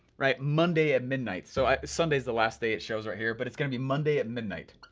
right, monday at midnight. so sunday's the last day it shows right here, but it's gonna be monday at midnight,